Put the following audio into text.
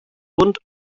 und